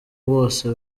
bose